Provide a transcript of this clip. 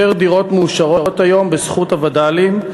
יותר דירות מאושרות היום בזכות הווד"לים.